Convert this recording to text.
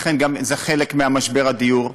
לכן זה חלק ממשבר הדיור.